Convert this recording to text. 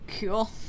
Cool